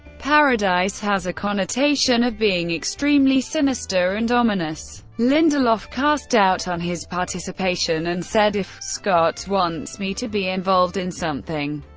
paradise has a connotation of being extremely sinister and ominous. lindelof cast doubt on his participation, and said, if so wants me to be involved in something,